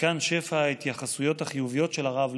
מכאן שפע ההתייחסויות החיוביות של הרב,